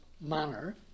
manner